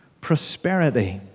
Prosperity